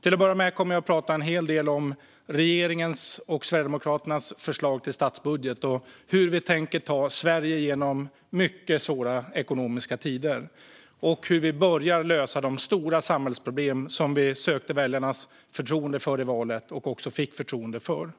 Till att börja med kommer jag att prata en hel del om regeringens och Sverigedemokraternas förslag till statsbudget, hur vi tänker ta Sverige genom mycket svåra ekonomiska tider och hur vi börjar lösa de stora samhällsproblemen. Det är den lösning som vi sökte och fick väljarnas förtroende för i valet.